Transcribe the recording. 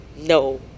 no